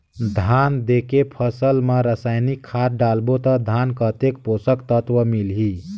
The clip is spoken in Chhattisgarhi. धान देंके फसल मा रसायनिक खाद डालबो ता धान कतेक पोषक तत्व मिलही?